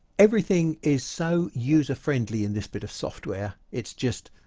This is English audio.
everything is so user friendly in this bit of software it's just